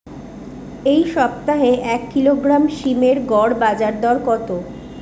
এই সপ্তাহে এক কিলোগ্রাম সীম এর গড় বাজার দর কত?